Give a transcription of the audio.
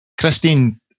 Christine